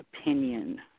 opinion